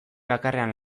bakarrean